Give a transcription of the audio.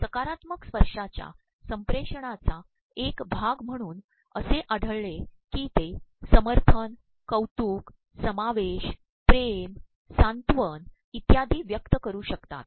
सकारात्मक स्त्पशाांच्या संिेषणाचा एक भाग म्हणून असे आढळले की ते समर्यन कौतुक समावेश िेम सांत्वन इत्याद्रद व्यक्त करू शकतात